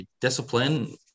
discipline